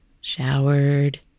showered